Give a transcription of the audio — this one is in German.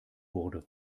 wurde